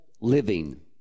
living